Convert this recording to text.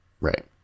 Right